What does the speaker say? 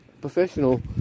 professional